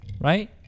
Right